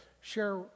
share